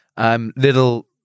Little